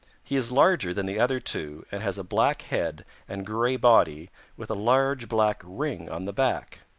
he is larger than the other two and has a black head and gray body with a large black ring on the back.